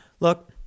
Look